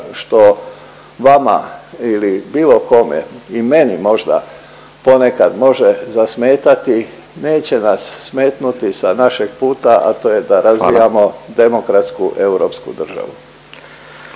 što vama ili bilo kome i meni možda ponekad može zasmetati neće nas smetnuti sa našeg puta, a to je da razvijamo …/Upadica